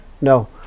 No